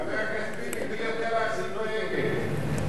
חבר הכנסת ביבי, מי יודע להחזיק פה הגה?